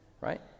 right